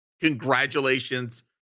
congratulations